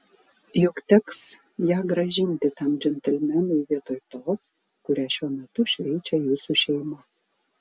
juk teks ją grąžinti tam džentelmenui vietoj tos kurią šiuo metu šveičia jūsų šeima